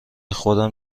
خودم